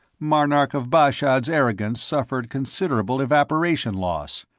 marnark of bashad's arrogance suffered considerable evaporation-loss.